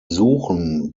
suchen